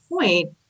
point